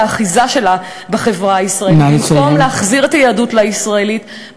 האחיזה שלה בחברה הישראלית במקום להחזיר את היהדות לישראלים,